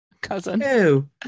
cousin